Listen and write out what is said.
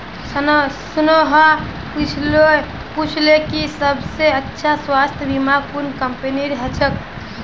स्नेहा पूछले कि सबस अच्छा स्वास्थ्य बीमा कुन कंपनीर ह छेक